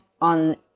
on